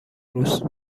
روز